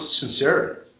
sincerity